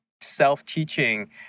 self-teaching